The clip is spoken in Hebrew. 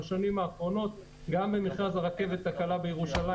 בשנים האחרונות גם במכרז הרכבת הקלה בירושלים